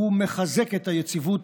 הוא מחזק את היציבות,